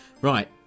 Right